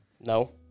No